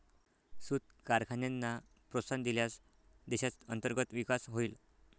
सूत कारखान्यांना प्रोत्साहन दिल्यास देशात अंतर्गत विकास होईल